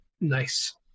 Nice